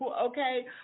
okay